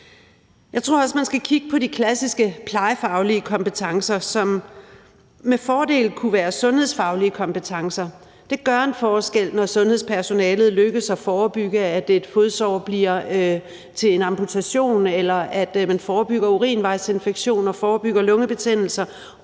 Jeg tror også, man skal kigge på de klassiske plejefaglige kompetencer, som med fordel kunne være sundhedsfaglige kompetencer. Det gør en forskel, når det lykkes sundhedspersonalet at forebygge, at et fodsår bliver en amputation, eller at man forebygger urinvejsinfektioner, forebygger lungebetændelser